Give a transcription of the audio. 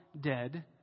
dead